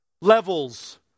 levels